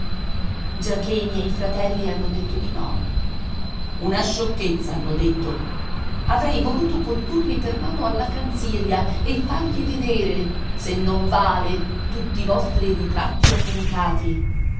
sagrestano giacché i miei fratelli hanno detto di no una sciocchezza hanno detto avrei voluto condurli per mano alla canziria e fargli vedere se non vale tutti i vostri ritratti affumicati